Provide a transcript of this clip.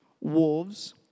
wolves